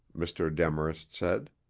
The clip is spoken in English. mr. demarest said.